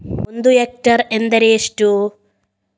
ಒಂದು ಹೆಕ್ಟೇರ್ ಎಂದರೆ ಎಷ್ಟು?